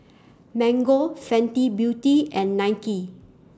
Mango Fenty Beauty and Nike